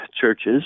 churches—